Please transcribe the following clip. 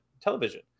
television